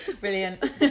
Brilliant